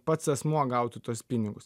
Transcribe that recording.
pats asmuo gautų tuos pinigus